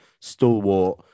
Stalwart